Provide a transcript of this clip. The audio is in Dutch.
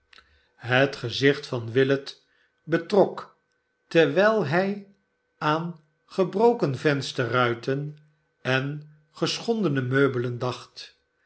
het gezicht van willet betrok terwijl hij aan gebroken vensterruiten en geschondene meubelen dacht